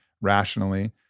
rationally